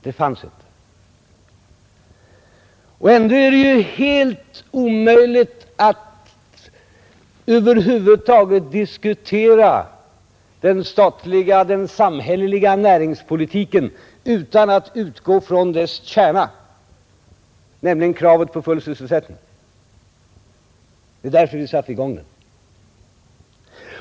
Ändå är Tisdagen den det ju helt omöjligt att över huvud taget diskutera den statliga och den 30 mars 1971 samhälleliga näringspolitiken utan att utgå från dess kärna, nämligen —-- kravet på full sysselsättning. Det är därför vi satte i gång den.